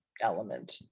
element